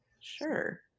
Sure